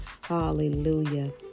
Hallelujah